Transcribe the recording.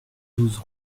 douze